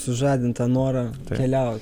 sužadint tą norą keliaut